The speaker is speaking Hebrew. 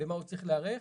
במה הוא צריך להיערך,